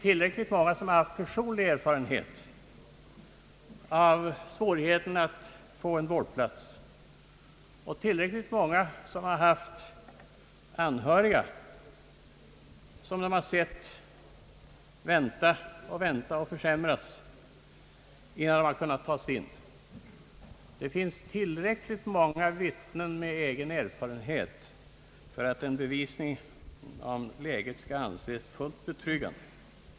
Tillräckligt många har haft personliga erfarenheter av svårigheterna att få vårdplats, att tillräckligt många har haft anhöriga som de har sett vänta och försämras före intagningen. Det finns tillräckligt många vittnen med egna erfarenheter för att en bevisning av läget skall anses fullt betryggad.